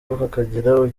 hakagira